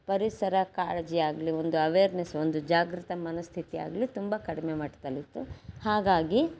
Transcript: ಪರಿಸರ ಕಾಳಜಿಯಾಗ್ಲಿ ಒಂದು ಅವೇರ್ನೆಸ್ ಒಂದು ಜಾಗೃತ ಮನಃಸ್ಥಿತಿಯಾಗಲಿ ತುಂಬ ಕಡಿಮೆ ಮಟ್ಟದಲ್ಲಿತ್ತು ಹಾಗಾಗಿ